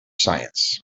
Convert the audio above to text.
science